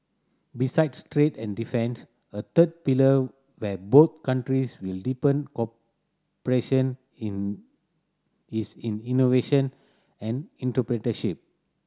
besides trade and defence a third pillar where both countries will deepen cooperation in is in innovation and entrepreneurship